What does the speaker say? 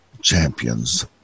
champions